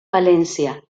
palencia